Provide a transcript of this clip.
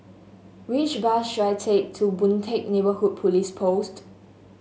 which bus should I take to Boon Teck Neighbourhood Police Post